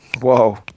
Whoa